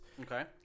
Okay